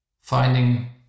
finding